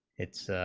it's the